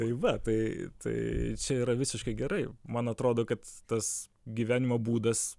tai va tai tai čia yra visiškai gerai man atrodo kad tas gyvenimo būdas